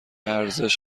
ارزش